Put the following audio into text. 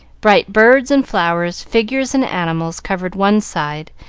bright birds and flowers, figures and animals, covered one side,